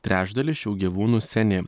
trečdalis šių gyvūnų seni